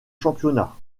championnat